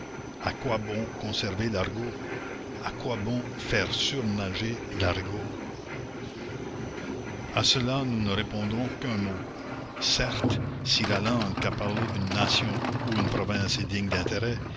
à quoi bon conserver l'argot à quoi bon faire surnager l'argot à cela nous ne répondrons qu'un mot certes si la langue qu'a parlée une nation ou une province est digne d'intérêt